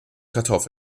kartoffeln